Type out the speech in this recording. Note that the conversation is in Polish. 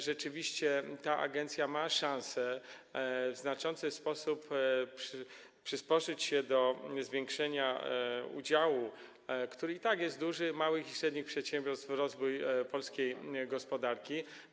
Rzeczywiście ta agencja ma szansę w znaczący sposób przyczynić się do zwiększenia udziału, który i tak jest duży, małych i średnich przedsiębiorstw w rozwoju polskiej gospodarki.